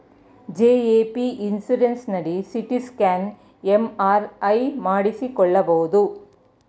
GAP insurance ನಡಿ CT scan, MRI ಮಾಡಿಸಿಕೊಳ್ಳಬಹುದು